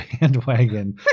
bandwagon